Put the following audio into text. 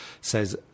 says